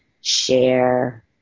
share